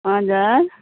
हजुर